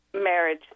marriage